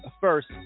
first